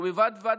ובד בבד,